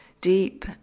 deep